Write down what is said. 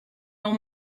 your